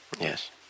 Yes